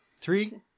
Three